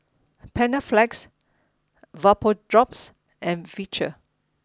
Panaflex VapoDrops and Vichy